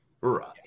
Right